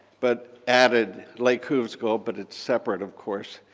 but added lake hovsgol, but it's separate, of course,